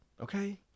Okay